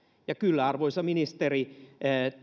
ja kyllä arvoisa ministeri